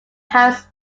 have